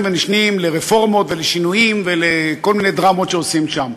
ונשנים לרפורמות ולשינויים ולכל מיני דרמות שעושים שם.